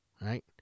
right